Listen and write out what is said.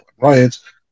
riots